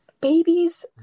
babies